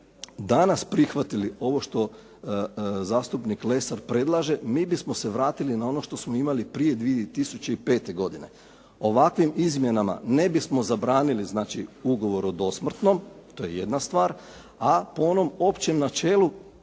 danas prihvatili ovo što zastupnik Lesar predlaže, mi bismo se vratili na ono što smo imali prije 2005. godine. Ovakvim izmjenama ne bismo zabranili znači ugovor o dosmrtnom, to je jedna stvar. A po onom općem načelu